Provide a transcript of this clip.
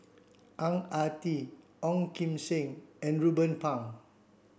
Ang Ah Tee Ong Kim Seng and Ruben Pang